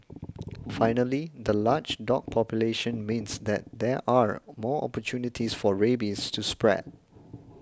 finally the large dog population means that there are more opportunities for rabies to spread